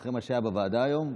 אחרי מה שהיה בוועדה היום,